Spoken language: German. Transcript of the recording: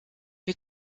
wir